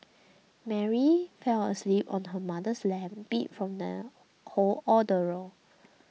Mary fell asleep on her mother's lap beat from the whole ordeal